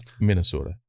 Minnesota